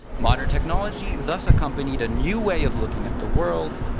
modern technology thus accompanied a new way of looking at the world,